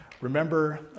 remember